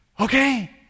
okay